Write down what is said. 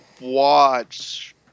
watch